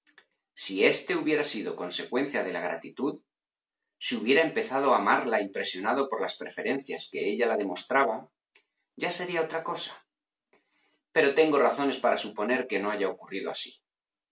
si éste hubiera sido consecuencia de la gratitud si hubiera empezado a amarla impresionado por las preferencias que ella la demostraba ya sería otra cosa pero tengo razones para suponer que no haya ocurrido así